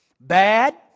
Bad